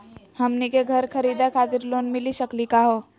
हमनी के घर खरीदै खातिर लोन मिली सकली का हो?